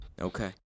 Okay